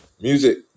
Music